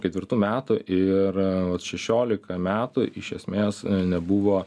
ketvirtų metų ir šešiolika metų iš esmės nebuvo